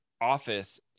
office